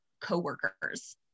coworkers